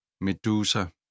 Medusa